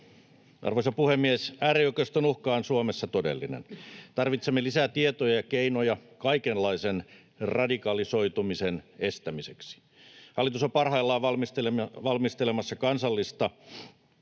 Arvoisa puhemies! Äärioikeiston uhka on Suomessa todellinen. Tarvitsemme lisää tietoja ja keinoja kaikenlaisen radikalisoitumisen estämiseksi. Hallitus on parhaillaan valmistelemassa kansallista